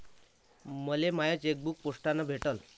मले my chequebook पोस्टानं भेटल